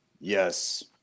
Yes